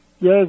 Yes